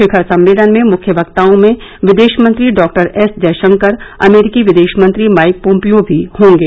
शिखर सम्मेलन में मृख्य वक्ताओं में विदेश मंत्री डॉक्टर एस जयशंकर अमरीकी विदेश मंत्री माइक पोम्पियो भी होंगे